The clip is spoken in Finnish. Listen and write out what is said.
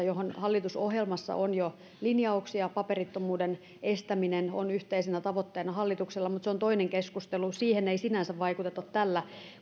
johon hallitusohjelmassa on jo linjauksia paperittomuuden estäminen on yhteisenä tavoitteena hallituksella mutta se on toinen keskustelu siihen ei sinänsä vaikuteta tällä